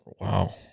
Wow